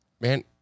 man